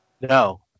No